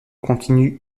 continue